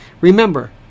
Remember